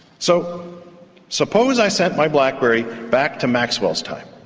so suppose i sent my blackberry back to maxwell's time.